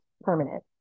permanent